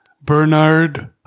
Bernard